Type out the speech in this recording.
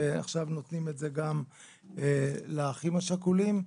ועכשיו נותנים את זה גם לאחים השכולים.